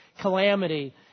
calamity